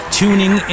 tuning